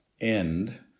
end